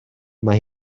mae